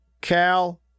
Cal